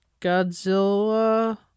Godzilla